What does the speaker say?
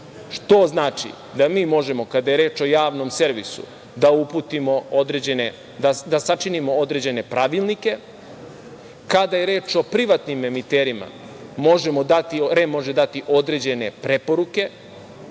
što znači da mi možemo, kada je reč o javnom servisu, da uputimo, da sačinimo određene pravilnike, a kada je reč o privatnim emiterima, REM, može dati određene preporuke,